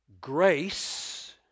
grace